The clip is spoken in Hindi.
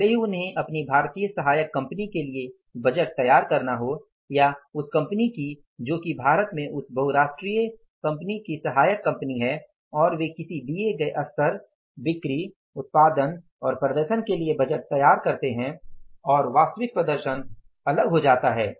भले ही उन्हें अपनी भारतीय सहायक कंपनी के लिए बजट तैयार करना हो या उस कंपनी की जो कि भारत में उस बहुराष्ट्रीय परिचालन की सहायक कंपनी है और वे किसी दिए गए स्तर बिक्री उत्पादन और प्रदर्शन के लिए बजट तैयार करते हैं और वास्तविक प्रदर्शन अलग हो जाता है